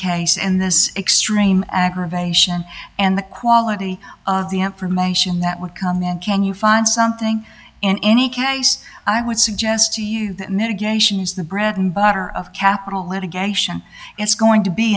case in this extreme aggravation and the quality of the information that would come in and can you find something in any case i would suggest to you that mitigation is the bread and butter of capital litigation it's going to be